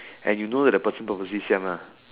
and you know that the person purposely siam lah